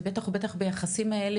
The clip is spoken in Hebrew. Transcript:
ובטח ובטח ביחסים האלה,